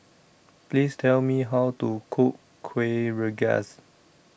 Please Tell Me How to Cook Kuih Rengas